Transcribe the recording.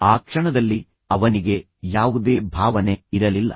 ಆ ಕ್ಷಣದಲ್ಲಿ ಅವನಿಗೆ ಯಾವುದೇ ಭಾವನೆ ಇರಲಿಲ್ಲ